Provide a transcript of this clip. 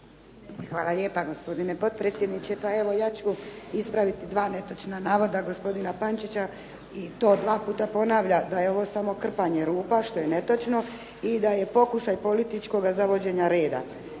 Hvala lijepa gospodine potpredsjedniče. Pa evo ja ću ispraviti dva netočna navoda gospodina Pančića i to dva puta ponavlja da je ovo samo krpanje rupa, što je netočno i da je pokušaj političkoga zavođenja reda.